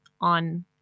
on